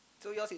so yours is